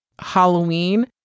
halloween